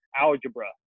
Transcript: algebra